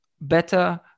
better